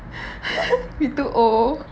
you too old